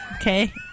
Okay